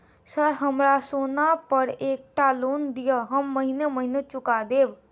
Sir हमरा सोना पर एकटा लोन दिऽ हम महीने महीने चुका देब?